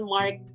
Mark